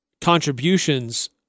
contributions